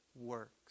works